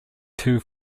two